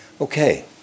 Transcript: Okay